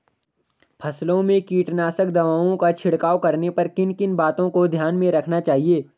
फसलों में कीटनाशक दवाओं का छिड़काव करने पर किन किन बातों को ध्यान में रखना चाहिए?